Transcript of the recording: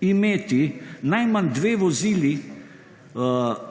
imeti najmanj 2 vozili